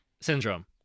syndrome